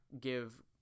give